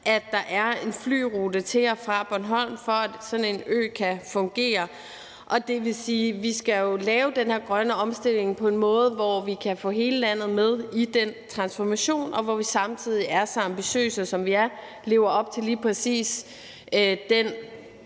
at der er en flyrute til og fra Bornholm, for at sådan en ø kan fungere. Det vil sige, at vi skal lave den her grønne omstilling på en måde, hvor vi kan få hele landet med i den transformation, og hvor vi samtidig er så ambitiøse, som vi er, og lever op til lige præcis den